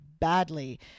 badly